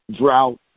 drought